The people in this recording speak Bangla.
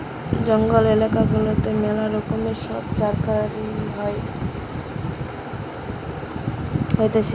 জঙ্গল এলাকা গুলাতে ম্যালা রকমের সব চাকরি হতিছে